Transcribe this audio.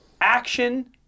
action